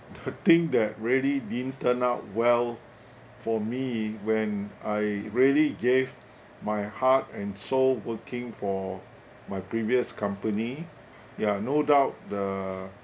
the thing that really didn't turn out well for me when I really gave my heart and soul working for my previous company ya no doubt the